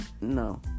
No